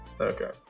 Okay